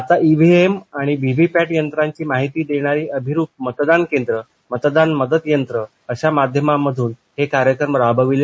आता ईव्हीएम आणि व्हीव्हीपॅट यंत्राची माहिती देणारी अभिरूप मतदान केंद्र मतदान मदत यंत्र अशा माध्यमांमधून हे कार्यक्रम राबविले जात आहेत